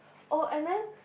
oh and then